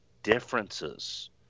differences